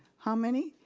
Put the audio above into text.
how many?